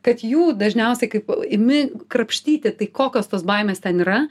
kad jų dažniausiai kaip imi krapštyti tai kokios tos baimės ten yra